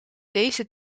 deze